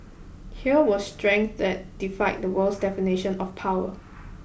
here was strength that defied the world's definition of power